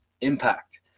impact